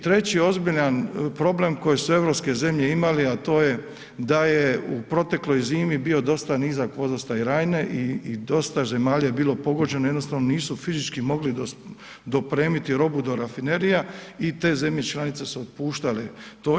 Treći ozbiljan problem koji su europske zemlje imale a to je da je u protekloj zimi bio dosta nizak vodostaj Rajne i dosta zemalja je bilo pogođeno jednostavno nisu fizički mogli dopremiti robu do rafinerija i te zemlje članica su otpuštale to isto.